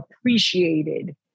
appreciated